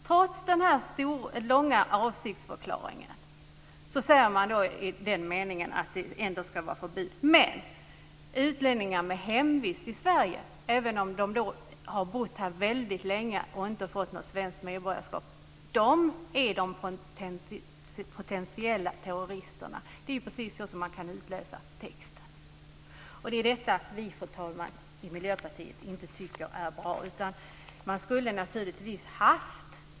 Trots denna långa avsnittsförklaring ska det ändå vara ett förbud. Utlänningar med hemvist i Sverige - även om de har bott här väldigt länge men utan svenskt medborgarskap - är de potentiella terroristerna. Det är precis så texten kan utläsas. Det är detta, fru talman, vi i Miljöpartiet inte tycker är bra.